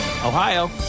Ohio